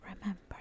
remember